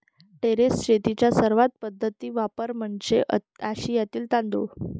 terrace शेतीचा सर्वात प्रसिद्ध वापर म्हणजे आशियातील तांदूळ